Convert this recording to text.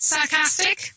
Sarcastic